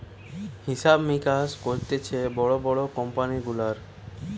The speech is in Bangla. হিসাব মিকাস করতিছে বড় বড় কোম্পানি গুলার